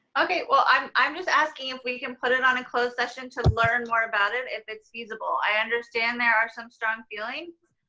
okay well, i'm i'm just asking if we can put it on a closed session to learn more about it if it's feasible. i understand there are some strong feelings,